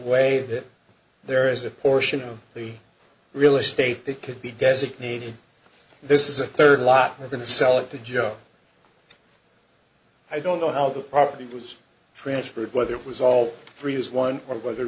way that there is a portion of the real estate that could be designated this is a third lot more than sell it to joe i don't know how the property was transferred whether it was all free has one or whether